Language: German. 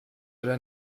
oder